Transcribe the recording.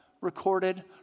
recorded